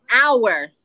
hour